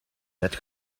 net